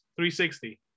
360